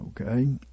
Okay